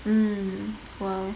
mm !wow!